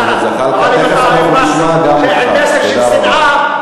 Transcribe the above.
אם אתה בא עם מסר של שלום,